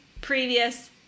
previous